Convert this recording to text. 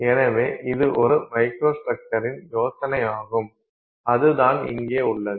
எனவே இது ஒரு மைக்ரோஸ்ட்ரக்சரின் யோசனையாகும் அதுதான் இங்கே உள்ளது